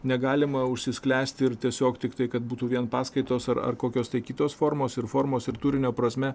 negalima užsisklęsti ir tiesiog tiktai kad būtų vien paskaitos ar ar kokios kitos formos ir formos ir turinio prasme